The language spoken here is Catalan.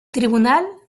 tribunal